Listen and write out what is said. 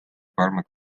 paremad